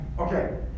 Okay